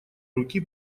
руки